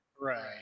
right